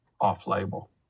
off-label